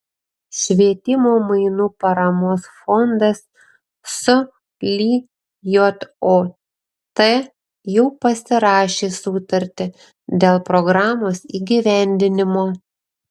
švietimo mainų paramos fondas su lijot jau pasirašė sutartį dėl programos įgyvendinimo